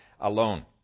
alone